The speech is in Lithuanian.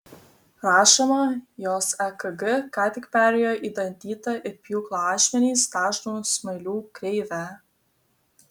rašoma jos ekg ką tik perėjo į dantytą it pjūklo ašmenys dažnų smailių kreivę